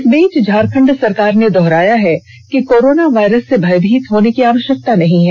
इस बीच झारखंड सरकार ने दोहराया है कि कोरोना वायरस से भयभीत होने की आवश्यकता नहीं है